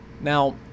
Now